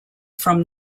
from